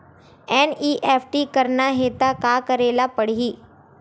NEFT करना हे त का करे ल पड़हि?